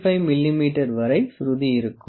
5 மிமீ வரை சுருதி இருக்கும்